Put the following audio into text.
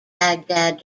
baghdad